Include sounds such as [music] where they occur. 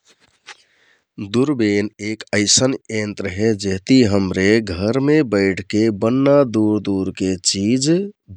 [noise] दुरबेन एक अइसन यन्त्र हे जेहति हमरे घरमे बैठके बन्‍ना दुरदुरके चिज